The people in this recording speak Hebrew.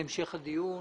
המשך הדיון,